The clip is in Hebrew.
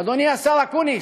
אדוני השר אקוניס,